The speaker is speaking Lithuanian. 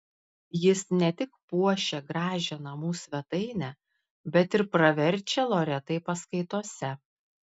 jis ne tik puošia gražią namų svetainę bet ir praverčia loretai paskaitose